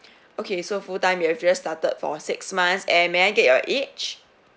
okay so full time you have just started for six months and may I get your age